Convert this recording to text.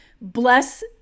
Bless